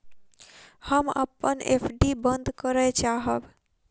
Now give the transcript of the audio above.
हम अपन एफ.डी बंद करय चाहब